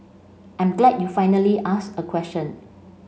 I'm glad you finally asked a question